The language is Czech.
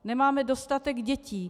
Nemáme dostatek dětí.